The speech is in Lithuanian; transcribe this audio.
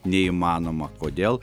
neįmanoma kodėl